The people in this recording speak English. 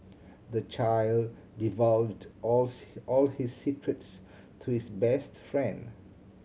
the child divulged all all his secrets to his best friend